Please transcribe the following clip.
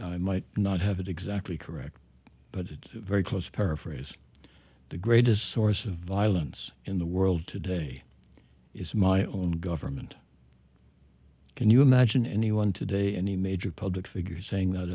i might not have it exactly correct but it's very close paraphrase the greatest source of violence in the world today is my own government can you imagine anyone today any major public figures saying that